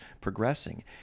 progressing